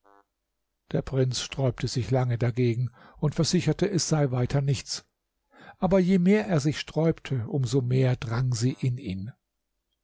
der prinz sträubte sich lange dagegen und versicherte es sei weiter nichts aber je mehr er sich sträubte um so mehr drang sie in ihn